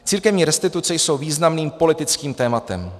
Církevní restituce jsou významným politickým tématem.